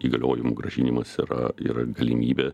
įgaliojimų grąžinimas yra yra galimybė